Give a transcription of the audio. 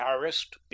harassed